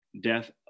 death